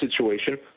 situation